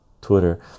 twitter